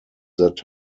that